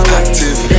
active